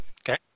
Okay